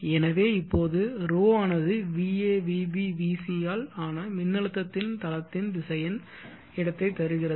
எனவே இப்போதுρ ஆனது va vb vc ஆல் ஆன மின்னழுத்தத்தின் தளத்தின் திசையென் இடத்தை தருகிறது